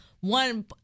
one